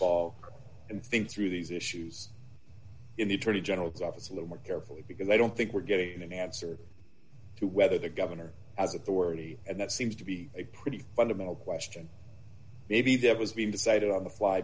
paul and think through these issues in the attorney general's office a little more carefully because i don't think we're getting an answer to whether the governor has authority and that seems to be a pretty fundamental question maybe that has been decided on the fly